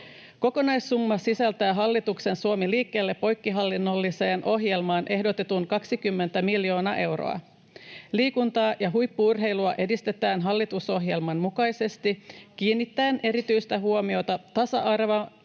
Kokonaissumma sisältää hallituksen poikkihallinnolliseen Suomi liikkeelle ‑ohjelmaan ehdotetun 20 miljoonaa euroa. Liikuntaa ja huippu-urheilua edistetään hallitusohjelman mukaisesti kiinnittäen erityistä huomiota tasa-arvoon